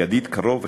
ידיד קרוב וכדומה.